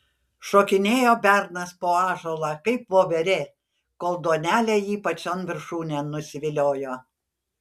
šokinėjo bernas po ąžuolą kaip voverė kol duonelė jį pačion viršūnėn nusiviliojo